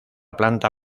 planta